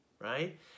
right